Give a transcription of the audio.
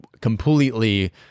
completely